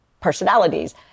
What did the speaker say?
personalities